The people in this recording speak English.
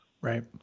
Right